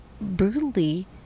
brutally